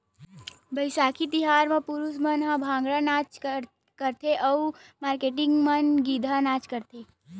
बइसाखी तिहार म पुरूस मन ह भांगड़ा नाच करथे अउ मारकेटिंग मन गिद्दा नाच करथे